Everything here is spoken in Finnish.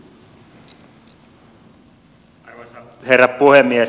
arvoisa herra puhemies